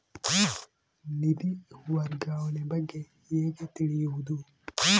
ನಿಧಿ ವರ್ಗಾವಣೆ ಬಗ್ಗೆ ಹೇಗೆ ತಿಳಿಯುವುದು?